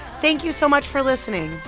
thank you so much for listening